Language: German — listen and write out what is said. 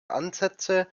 ansätze